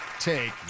take